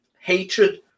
hatred